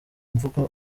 mvugo